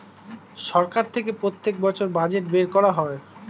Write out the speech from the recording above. সরকার থেকে প্রত্যেক বছর বাজেট বের করা হয়